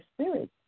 spirit